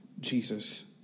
Jesus